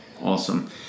Awesome